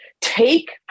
take